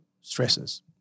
stresses